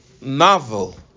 novel